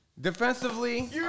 defensively